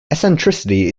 eccentricity